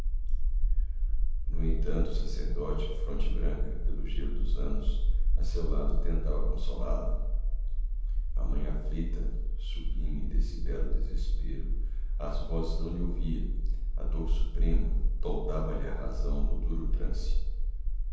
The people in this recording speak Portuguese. no entanto o sacerdote fronte branca pelo gelo dos anos a seu lado tentava consolá-la a mãe aflita sublime desse belo desespero as vozes não lhe ouvia a dor suprema toldava lhe a razão no duro trance